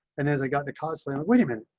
and as i got into cosplay. oh, wait a minute,